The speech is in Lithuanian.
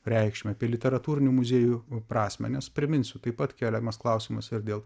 reikšmę apie literatūrinių muziejų prasmę nes priminsiu taip pat keliamas klausimas ir dėl